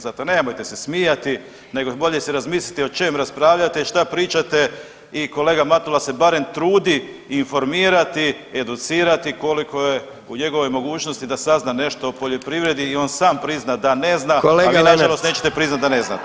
Zato nemojte se smijati nego bolje si razmislite o čem raspravljate i šta pričate i kolega Matula se barem trudi informirati i educirati koliko je u njegovoj mogućnosti da sazna nešto o poljoprivredi i on sam prizna da ne zna [[Upadica: Kolega Lenart]] , a vi nažalost nećete priznat da ne znate.